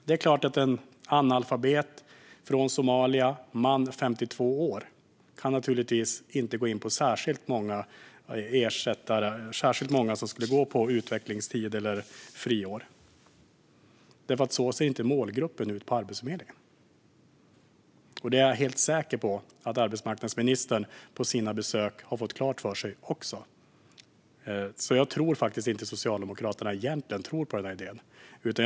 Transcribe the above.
Det är klart att en 52-årig analfabet från Somalia inte kan gå in och ersätta särskilt många av dem som skulle kunna gå på utvecklingstid eller friår. Så ser nämligen inte målgruppen på Arbetsförmedlingen ut, och det är jag helt säker på att även arbetsmarknadsministern har fått klart för sig på sina besök. Därför tror jag faktiskt inte att Socialdemokraterna tror på den här idén.